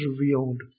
revealed